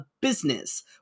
business